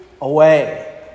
away